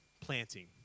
planting